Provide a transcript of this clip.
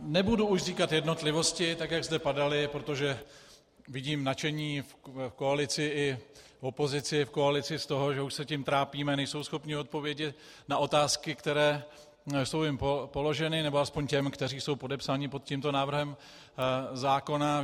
Nebudu už říkat jednotlivosti, jak zde padaly, protože vidím nadšení v koalici i v opozici, v koalici z toho, že už se tím trápíme, nejsou schopni odpovědět na otázky, které jsou jim položeny, nebo aspoň těm, kteří jsou podepsáni pod tímto návrhem zákona.